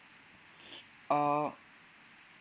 uh